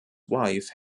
wife